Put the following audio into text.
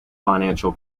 financial